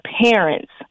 parents